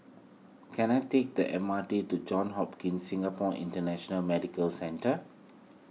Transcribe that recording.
can I take the M R T to Johns Hopkins Singapore International Medical Centre